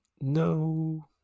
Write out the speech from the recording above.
No